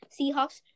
Seahawks